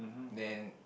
then